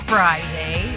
Friday